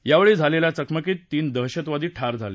यावेळी झालेल्या चकमकीत तीन दहशतवादी ठार झाले